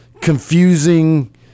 confusing